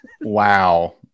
Wow